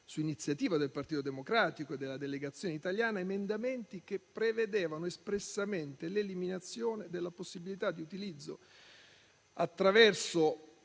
su iniziativa del Partito Democratico e della delegazione italiana, emendamenti che prevedevano espressamente l'eliminazione della possibilità di utilizzo, attraverso